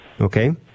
Okay